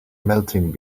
melting